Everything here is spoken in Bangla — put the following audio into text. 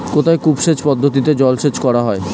কোথায় কূপ সেচ পদ্ধতিতে জলসেচ করা হয়?